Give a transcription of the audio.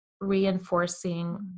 reinforcing